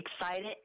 excited